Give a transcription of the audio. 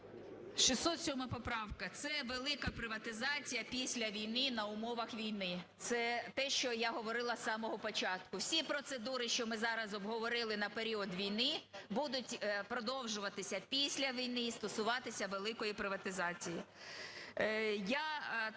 607 поправка, це велика приватизація після війни на умовах війни, це те, що я говорила з самого початку. Всі процедури, що ми зараз обговорили на період війни, будуть продовжуватися після війни і стосуватися великої приватизації.